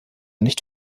nicht